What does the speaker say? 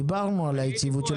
דיברנו על היציבות.